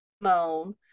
moan